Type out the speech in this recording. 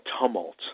tumult